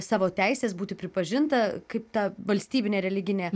savo teisės būti pripažinta kaip ta valstybinė religinė